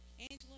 Angela